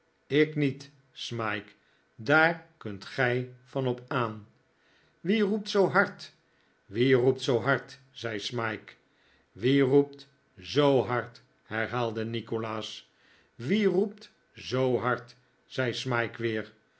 ik niet smike daar kunt gij van op aan wie roept zoo hard wie roept zoo hard zei smike wie roept zoo hard herhaalde nikolaas wie roept zoo hard zei smike